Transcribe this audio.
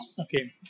Okay